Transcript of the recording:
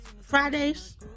Fridays